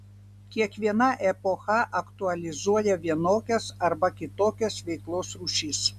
kiekviena epocha aktualizuoja vienokias arba kitokias veiklos rūšis